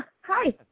hi